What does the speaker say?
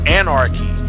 anarchy